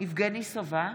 יבגני סובה,